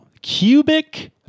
Cubic